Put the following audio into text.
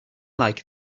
like